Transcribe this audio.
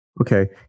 okay